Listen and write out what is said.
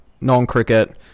non-cricket